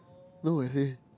look at my face